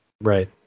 Right